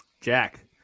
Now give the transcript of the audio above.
Jack